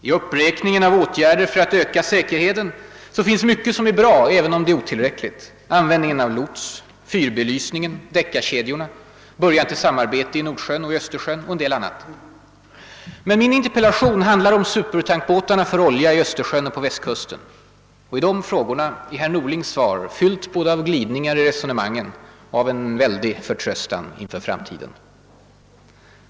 I uppräkningen av åtgärder för att öka säkerheten finns mycket som är bra även om det är otillräckligt: användningen av lots, fyrbelysningen, Decca-kedjorna, början till samarbete i Nordsjön och Östersjön och en del annat. Men min interpellation handlar om supertankbåtarna för olja i Östersjön och på Västkusten. Herr Norlings svar på dessa frågor är fyllt både av glidningar i resonemangen och av en väldig förtröstan inför framtiden.